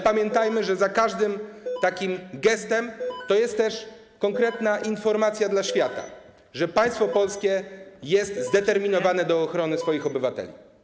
Pamiętajmy, że za każdym takim gestem jest też konkretna informacja dla świata, że państwo polskie jest zdeterminowane, by chronić swoich obywateli.